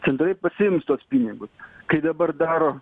centrai pasiims tuos pinigus kai dabar daro